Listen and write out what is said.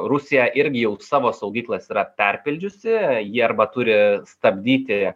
rusija irgi jau savo saugyklas yra perpildžiusi ji arba turi stabdyti